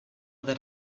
that